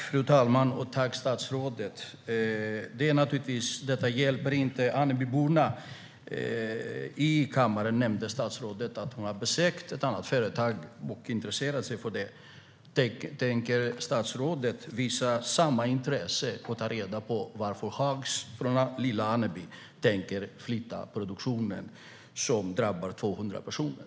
Fru talman! Tack, statsrådet, för svaret! Detta hjälper inte Anebyborna. Här i kammaren nämnde statsrådet att hon hade besökt ett annat företag och intresserat sig för det. Tänker statsrådet visa samma intresse för detta företag och ta reda på varför Hags från lilla Aneby tänker flytta produktionen? Det här drabbar 200 personer.